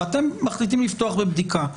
ואתם מחליטים לפתוח בבדיקה,